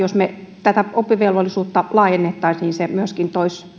jos me todellakin tätä oppivelvollisuutta laajentaisimme se myöskin